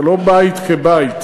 זה לא בית כבית,